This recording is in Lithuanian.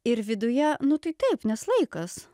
ir viduje nu tai taip nes laikas